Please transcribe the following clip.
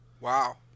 Wow